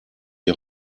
die